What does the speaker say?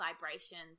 vibrations